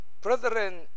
brethren